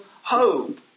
hope